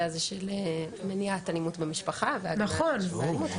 הזה של מניעת אלימות במשפחה והגנה על נשים מאלימות,